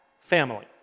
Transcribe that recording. family